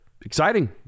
Exciting